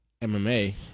MMA